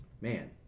man